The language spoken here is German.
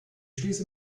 schließe